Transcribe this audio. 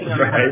right